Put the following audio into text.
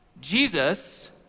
Jesus